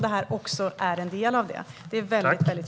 Detta är också en del av det.